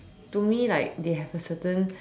to me like they have a certain